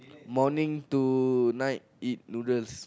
morning to night eat noodles